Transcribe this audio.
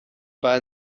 war